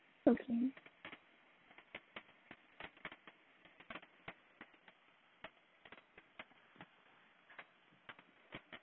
okay